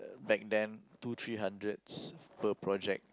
back then two three hundreds per project